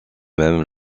mêmes